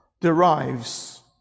derives